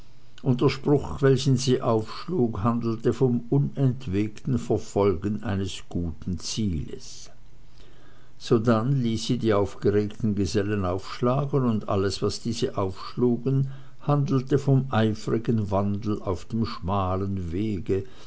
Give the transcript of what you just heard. der spruch welchen sie aufschlug handelte vom unentwegten verfolgen eines guten zieles sodann ließ sie die aufgeregten gesellen aufschlagen und alles was diese aufschlugen handelte vom eifrigen wandel auf dem schmalen wege